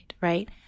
Right